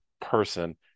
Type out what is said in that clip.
person